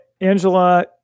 Angela